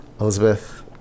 elizabeth